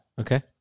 Okay